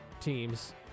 teams